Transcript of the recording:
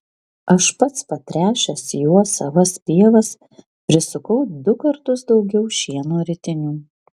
aš pats patręšęs juo savas pievas prisukau du kartus daugiau šieno ritinių